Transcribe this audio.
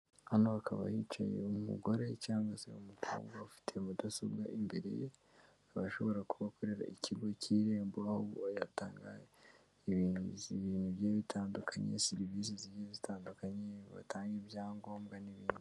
Hano hakaba hicaye umugore cyangwa se umukobwa ufite mudasobwa imbere ye, akaba ashobora kuba akorera ikigo cy'irembo, aho ubwo yatanga ibintu bigiye bitandukanye serivisi, zitandukanye, batanga ibyangombwa n'ibindi.